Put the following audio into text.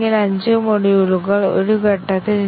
ഞങ്ങൾ mutation testing നടത്തുന്നു